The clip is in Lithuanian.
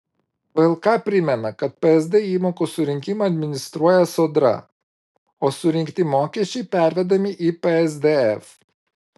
vlk primena kad psd įmokų surinkimą administruoja sodra o surinkti mokesčiai pervedami į psdf